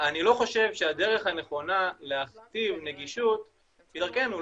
אני לא חושב שהדרך הנכונה להכתיב נגישות היא דרכנו,